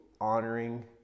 honoring